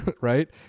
right